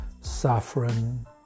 saffron